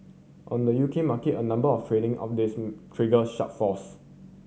on the U K market a number of trading updates trigger sharp falls